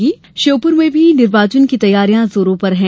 वहीं श्योपुर में भी निर्वाचन की तैयारियां जोरों पर हैं